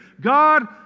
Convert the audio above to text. God